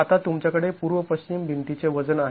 तर आता तुमच्याकडे पूर्व पश्चिम भिंतीचे वजन आहे